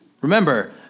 Remember